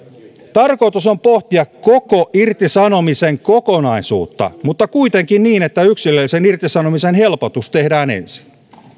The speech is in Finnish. tarkoitus on pohtia koko irtisanomisen kokonaisuutta mutta kuitenkin niin että yksilöllisen irtisanomisen helpotus tehdään ensin